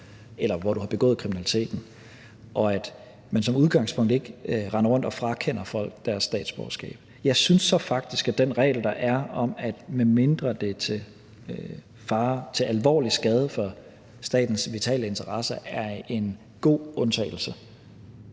eller hvor du har begået kriminaliteten, og at man som udgangspunkt ikke render rundt og frakender folk deres statsborgerskab. Jeg synes faktisk, at den regel, der er, om, at medmindre det er til alvorlig skade for statens vitale interesser, er en god undtagelse.